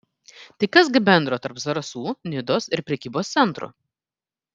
tai kas gi bendro tarp zarasų nidos ir prekybos centrų